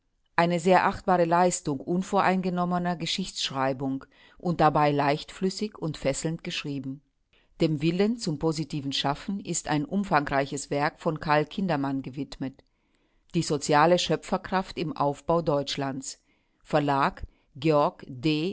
eine sehr achtbare leistung unvoreingenommener geschichtsschreibung und dabei leichtflüssig und fesselnd geschrieben dem willen zum positiven schaffen ist ein umfangreiches werk von carl kindermann gewidmet die soziale schöpferkraft im aufbau deutschlands verlag georg d